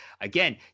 again